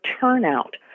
turnout